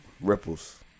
ripples